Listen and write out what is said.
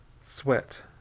Sweat